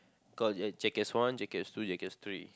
called Jackass one Jackass two Jackass three